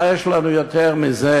מה יש לנו יותר מזה,